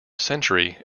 century